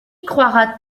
croiras